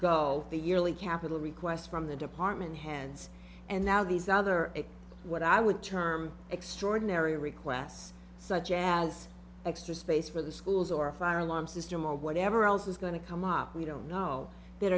go the yearly capital request from the department heads and now these other what i would term extraordinary requests such as extra space for the schools or a fire alarm system or whatever else is going to come up we don't know